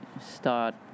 start